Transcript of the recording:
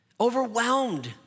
overwhelmed